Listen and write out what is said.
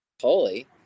holy